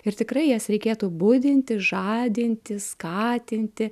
ir tikrai jas reikėtų budinti žadinti skatinti